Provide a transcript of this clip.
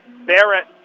Barrett